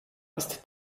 ist